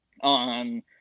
on